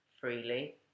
freely